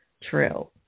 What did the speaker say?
True